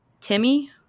Timmy